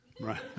Right